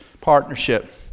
partnership